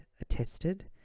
attested